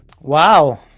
Wow